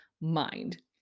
mind